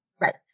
Right